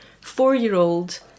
four-year-old